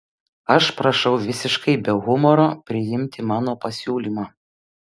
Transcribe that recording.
aš prašau visiškai be humoro priimti mano pasiūlymą